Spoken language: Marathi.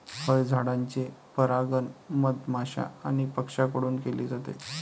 फळझाडांचे परागण मधमाश्या आणि पक्ष्यांकडून केले जाते